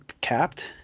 capped